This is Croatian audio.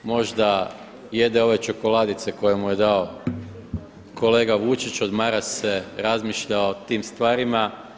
Možda jede ove čokoladice koje mu je dao kolega Vujčić, odmara se, razmišlja o tim stvarima.